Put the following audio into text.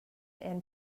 and